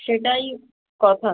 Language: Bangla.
সেটাই কথা